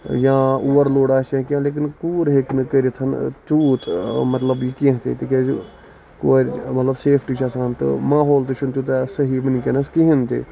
یا اُور لوڈ آسہِ یا کیٚنٛہہ لیکِن کوٗر ہیٚکہِ نہٕ کٔرِتھ تیوٗت مطلب یہِ کیٚنہہ تِکیازِ کورِ چھُ مطلب سیفٹی چھِ آسان تہٕ ماحول تہِ چھُ نہٕ تیوٗتاہ صحیٖحح ؤنکیٚنس کِہینۍ تہِ